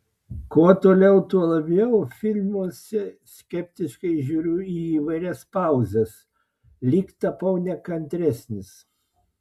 kuo toliau tuo labiau filmuose skeptiškai žiūriu į įvairias pauzes lyg tapau nekantresnis